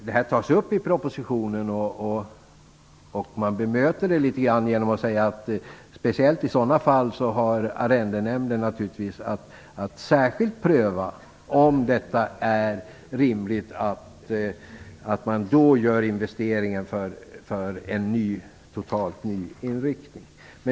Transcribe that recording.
Detta tas upp i propositionen, och man bemöter det genom att säga att arrendenämnden speciellt i sådana fall har möjlighet att särskilt pröva om det är rimligt att man gör investeringen för en totalt ny inriktning.